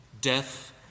Death